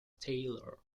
taylor